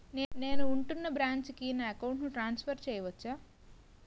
నేను ఉంటున్న బ్రాంచికి నా అకౌంట్ ను ట్రాన్సఫర్ చేయవచ్చా?